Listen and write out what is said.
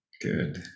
good